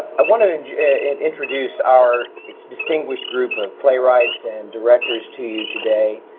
i want to and and introduce our distinguished group of playwrights and directors to you today.